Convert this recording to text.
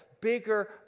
bigger